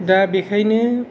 दा बेनिखायनो